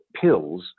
pills